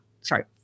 sorry